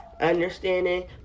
understanding